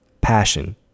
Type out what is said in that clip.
passion